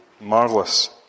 Marvelous